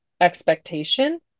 expectation